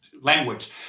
language